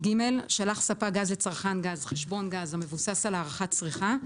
(ג)שלח ספק גז לצרכן גז חשבון גז המבוסס על הערכת צריכה,